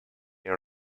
they